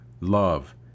love